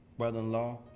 Brother-in-law